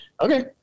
Okay